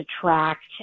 attract